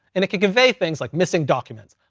and it can convey things like missing documents.